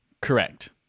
Correct